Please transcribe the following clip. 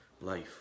life